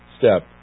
step